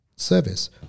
service